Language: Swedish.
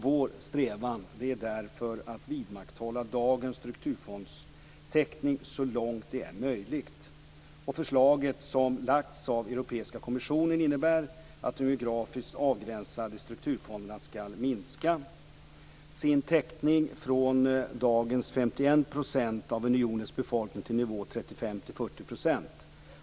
Vår strävan är därför att vidmakthålla dagens strukturfondstäckning så långt det är möjligt. Förslaget som lagts av Europeiska kommissionen innebär att de geografiskt avgränsade strukturfonderna skall minska sin täckning från dagens 51 % av unionens befolkning till nivån 35-40 %.